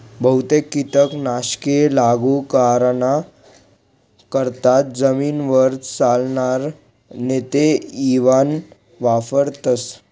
बहुतेक कीटक नाशके लागू कराना करता जमीनवर चालनार नेते इवान वापरथस